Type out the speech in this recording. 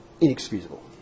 inexcusable